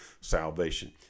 salvation